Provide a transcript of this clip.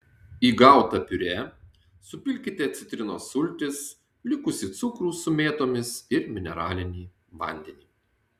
į gautą piurė supilkite citrinos sultis likusį cukrų su mėtomis ir mineralinį vandenį